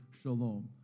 shalom